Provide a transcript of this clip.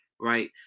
right